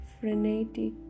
frenetic